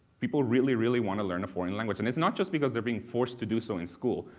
people really really want to learn a foreign language, and it's not just because they're being forced to do so in school.